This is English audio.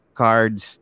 cards